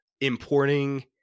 importing